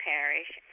Parish